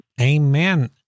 Amen